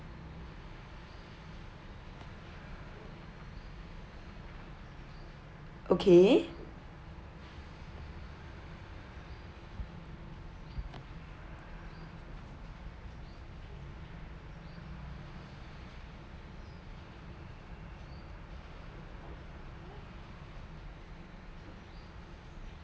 okay